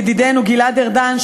ידידנו גלעד ארדן,